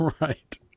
Right